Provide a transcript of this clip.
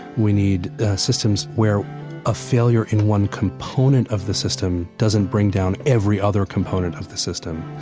we need systems where a failure in one component of the system doesn't bring down every other component of the system.